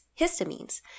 histamines